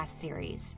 series